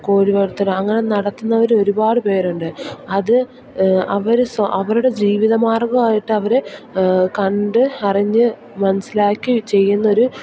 കോഴി വളർത്തലും അങ്ങനെ നടത്തുന്നവർ ഒരുപാട് പേർ ഉണ്ട് അത് അവർ സ് അവരുടെ ജീവിതമാർഗ്ഗം ആയിട്ടവർ കണ്ട് അറിഞ്ഞ് മനസ്സിലാക്കി ചെയ്യുന്ന ഒരു